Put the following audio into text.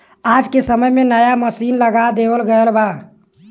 आज के समय में नया मसीन लगा देवल गयल बा